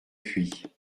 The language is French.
puy